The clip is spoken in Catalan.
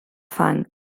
fang